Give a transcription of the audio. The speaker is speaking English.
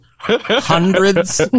hundreds